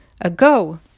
ago